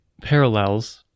parallels